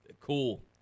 cool